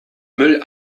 müll